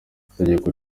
itegeko